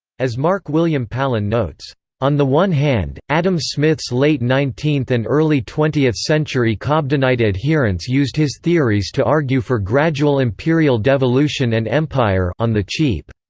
as marc-william palen notes on the one hand, adam smith's late nineteenth and early twentieth-century cobdenite adherents used his theories to argue for gradual imperial devolution and empire on the cheap.